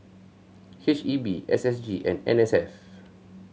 H E B S S G and N S F